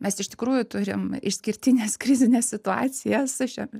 mes iš tikrųjų turim išskirtines krizines situacijas su šia